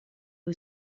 who